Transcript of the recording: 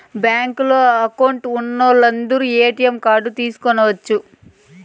బ్యాంకులో అకౌంట్ ఉన్నోలందరు ATM card తీసుకొనచ్చు